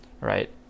right